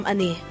Ani